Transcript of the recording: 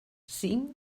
cinc